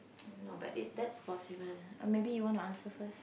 no but it that's possible maybe you want to answer first